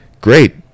great